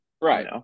right